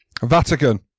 Vatican